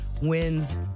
wins